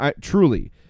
truly